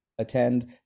attend